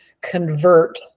convert